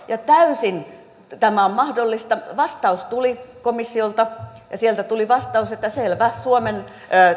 ja tämä on täysin mahdollista vastaus tuli komissiolta ja sieltä tuli vastaus että selvä suomen